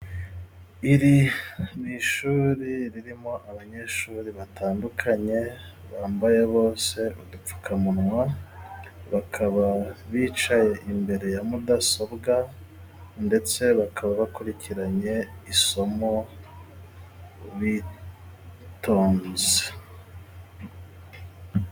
Iri ni ishuri ririmo abanyeshuri batandukanye, bambaye bose udupfukamunwa, bakaba bicaye imbere ya mudasobwa, ndetse bakaba bakurikiranye isomo bitonze.